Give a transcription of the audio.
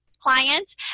clients